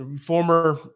former